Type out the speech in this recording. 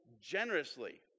generously